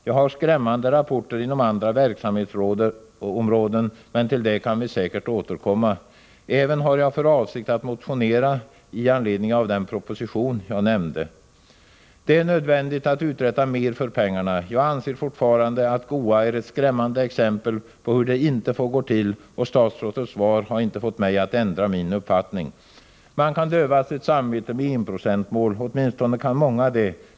Jag har skrämmande rapporter inom andra verksamhetsområden, men till det kan vi säkert återkomma. Vidare har jag för avsikt att motionera i anledning av den proposition som jag nämnde. Det är nödvändigt att uträtta mer för pengarna. Jag anser fortfarande att GOA är ett skrämmande exempel på hur det inte får gå till, och statsrådets svar har inte fått mig att ändra min uppfattning. Man kan döva sitt samvete med ett enprocentsmål— åtminstone kan många det.